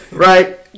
Right